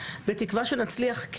בתקווה שנצליח,